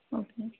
okay